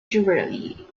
jewelry